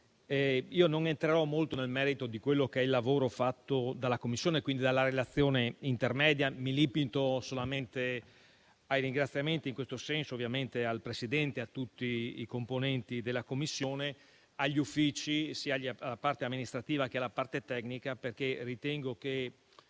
io non entrerò molto nel merito di quello che è il lavoro fatto dalla Commissione e, quindi, della relazione intermedia. Mi limito solamente ai ringraziamenti in questo senso al Presidente e a tutti i componenti della Commissione, agli Uffici, alla parte amministrativa e alla parte tecnica. Ritengo